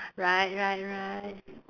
right right right